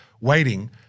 waiting